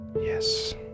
Yes